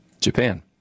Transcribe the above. Japan